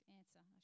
answer